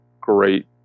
great